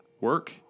work